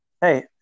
Hey